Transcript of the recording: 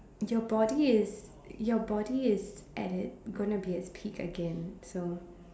your body is your body is at it gonna be at its peak again so